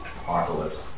Apocalypse